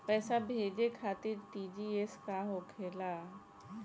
पैसा भेजे खातिर आर.टी.जी.एस का होखेला?